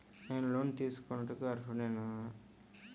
నేను లోన్ తీసుకొనుటకు అర్హుడనేన?